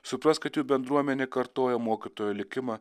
supras kad jų bendruomenė kartoja mokytojo likimą